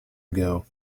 ago